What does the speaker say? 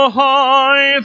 high